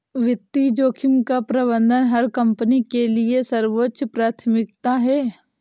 वित्तीय जोखिम का प्रबंधन हर कंपनी के लिए सर्वोच्च प्राथमिकता है